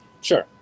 Sure